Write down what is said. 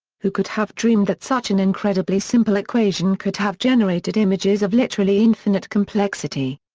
who could have dreamed that such an incredibly simple equation could have generated images of literally infinite complexity?